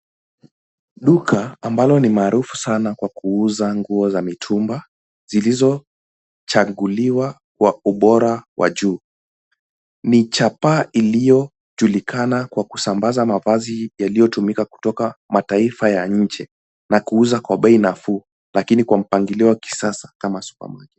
Duka ambalo ni maarufu sana kwa kuuza nguo ya mitumba zilizochaguliwa kwa ubora wa juu. Ni chapa iliyojulikana kwa kusambaza mavazi yaliyotumika kutoka mataifa ya nje na kuuza kwa bei nafuu lakini kwa mpangilio wa kisasa kama supermarket .